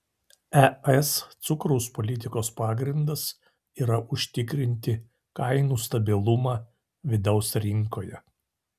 es cukraus politikos pagrindas yra užtikrinti kainų stabilumą vidaus rinkoje